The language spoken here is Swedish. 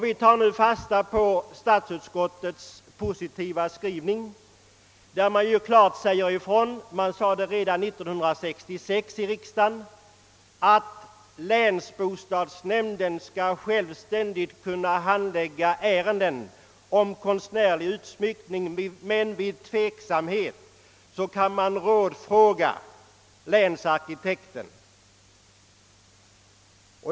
Vi tar nu fasta på statsutskottets positiva skrivning, där det klart sägs ifrån — det sades i riksdagen redan 1966 — att länsbostadsnämnden skall självständigt kunna handlägga ärenden om konstnärlig utsmyckning; endast vid tveksamhet bör den rådfråga länsarkitekten.